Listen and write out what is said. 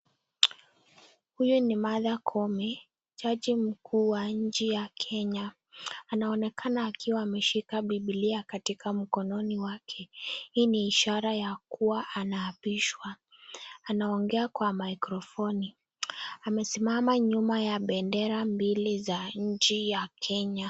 Huyu ni Martha Koome, jaji mkuu wa nchi ya Kenya. Anaonekana akiwa ameshika bibilia katika mkononi wake. Hii ni ishara ya kuwa anaapishwa. Anaongea kwa maikrofoni. Amesimama nyuma ya bendera mbili za nchi ya Kenya.